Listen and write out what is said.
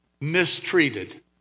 mistreated